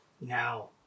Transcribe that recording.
Now